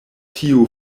tiu